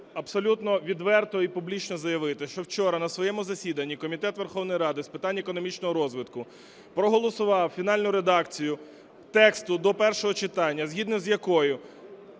абсолютно відверто і публічно заявити, що вчора на своєму засіданні Комітет Верховної Ради з питань економічного розвитку проголосував фінальну редакцію тексту до першого читання, згідно з якою